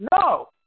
No